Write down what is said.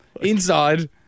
inside